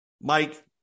Mike